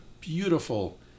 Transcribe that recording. beautiful